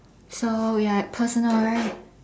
so ya personal right